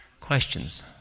Questions